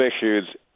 issues